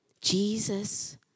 Jesus